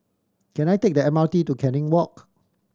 can I take the M R T to Canning Walk